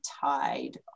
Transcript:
tied